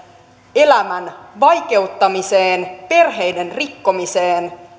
elämän vaikeuttamiseen perheiden rikkomiseen